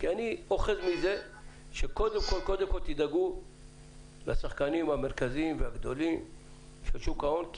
אני פוחד מזה שקודם כול תדאגו לשחקנים המרכזיים והגדולים של שוק ההון,